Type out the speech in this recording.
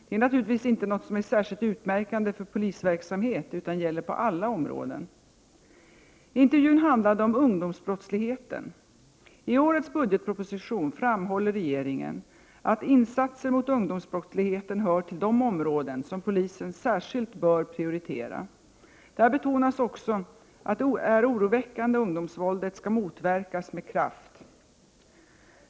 Det är naturligtvis inte något som är särskilt utmärkande för polisverksamhet utan gäller på alla områden. Intervjun handlade om ungdomsbrottsligheten. I årets budgetproposition framhåller regeringen att insatser mot ungdomsbrottsligheten hör till de områden som polisen särskilt bör prioritera. Där betonas också att det oroväckande ungdomsvåldet skall motverkas med kraft.